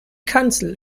kanzel